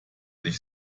dich